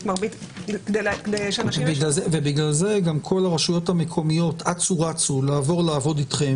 לכן גם כל הרשויות המקומיות אצו רצו לעבור לעבוד אתכם